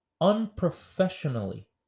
unprofessionally